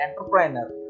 entrepreneur